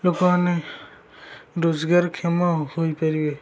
ଲୋକମାନେ ରୋଜଗାରକ୍ଷମ ହୋଇପାରିବେ